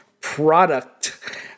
product